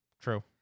True